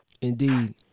indeed